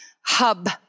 hub